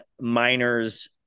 miners